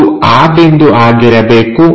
ಇದು ಆ ಬಿಂದು ಆಗಿರಬೇಕು